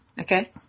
okay